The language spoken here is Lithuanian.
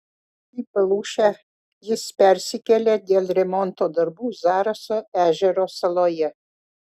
į palūšę jis persikėlė dėl remonto darbų zaraso ežero saloje